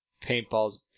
Paintball's